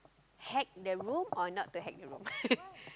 hack the room or not to hack the room